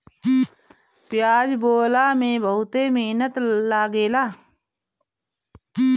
पियाज बोअला में बहुते मेहनत लागेला